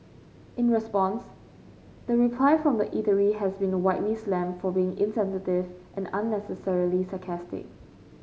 in response the reply from the eatery has been a widely slammed for being insensitive and unnecessarily sarcastic